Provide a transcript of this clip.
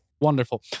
Wonderful